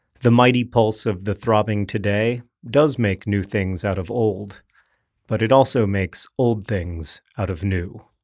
the mighty pulse of the throbbing today does make new things out of old but it also makes old things out of new